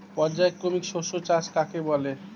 পর্যায়ক্রমিক শস্য চাষ কাকে বলে?